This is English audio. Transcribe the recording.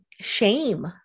shame